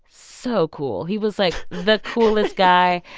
so cool he was, like, the coolest guy,